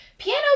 Piano